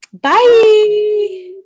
bye